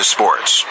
Sports